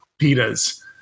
pitas